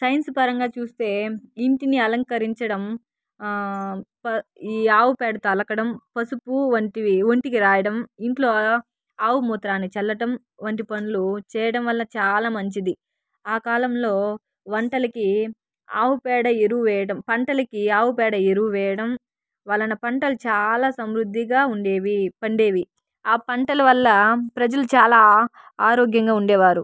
science పరంగా చూస్తే ఇంటిని అలంకరించడం ఈ ఆవు పేడతో అలకడం పసుపు వంటివి ఒంటికి రాయడం ఇంట్లో ఆవు మూత్రాన్ని చల్లటం వంటి పనులు చేయడం వల్ల చాలా మంచిది ఆ కాలంలో వంటలకి ఆవు పేడ ఎరువు వేయడం పంటలకి ఆవు పేడ ఎరువు వేయడం వలన పంటలు చాలా సమృద్ధిగా ఉండేవి పండేవి ఆ పంటల వల్ల ప్రజలు చాలా ఆరోగ్యంగా ఉండేవారు